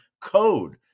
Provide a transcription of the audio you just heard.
code